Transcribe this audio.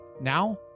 Now